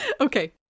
Okay